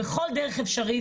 בכל דרך אפשרית,